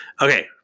Okay